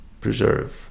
preserve